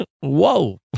Whoa